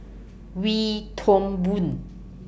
Wee Toon Boon